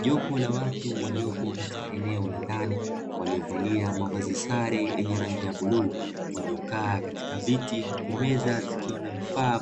Jopo la watu waliopo katika eneo ndani waliovalia mavazi sare yenye rangi ya bluu walio kaa katika viti huku meza zikiwa na vifaa